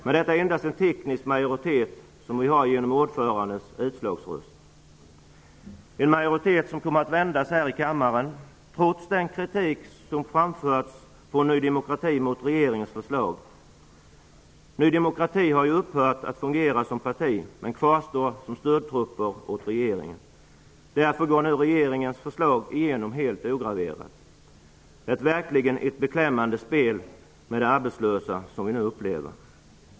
Men detta är endast en teknisk majoritet som vi har genom ordförandens utslagsröst. Denna majoritet kommer att vändas här i kammaren, trots den kritik som Ny demokrati har framfört mot regeringens förslag. Ny demokrati har ju upphört att fungera som parti men står kvar som stödtrupp åt regeringen. Därför går nu regeringens förslag igenom helt ograverat. Det är verkligen ett beklämmande spel med de arbetslösa som vi nu upplever.